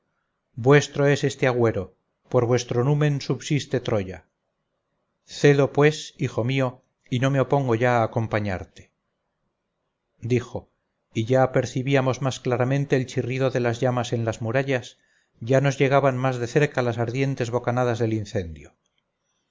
vuestro es este agüero por vuestro numen subsiste troya cedo pues hijo mío y no me opongo ya a acompañarte dijo y ya percibíamos más claramente el chirrido de las llamas en las murallas ya nos llegaban más de cerca las ardientes bocanadas del incendio